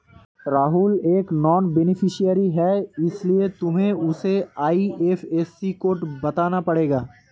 राहुल एक non beneficiary है इसीलिए तुम्हें उसे आई.एफ.एस.सी कोड बताना पड़ेगा